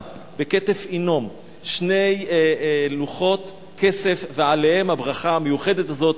בכתף-הינום שני לוחות כסף ועליהם הברכה המיוחדת הזאת,